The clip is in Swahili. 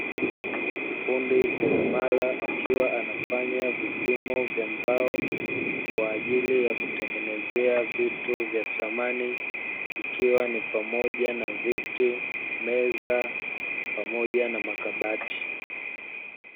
Fundi seremala akiwa anafanya vipimo vya mbao, kwa ajili ya kutengenezea vitu vya samani, ikiwa ni pamoja na viti, meza pamoja na makabati.